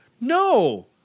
No